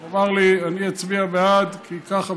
הוא אמר לי: אני אצביע בעד כי כך וכך.